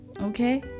okay